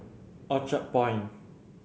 Orchard Point